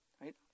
right